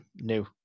new